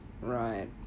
Right